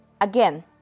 again